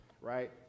right